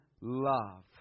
love